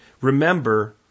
remember